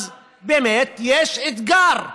אז באמת יש אתגר.